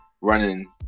running